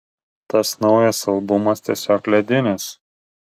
tas naujas albumas tiesiog ledinis